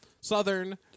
southern